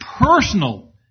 personal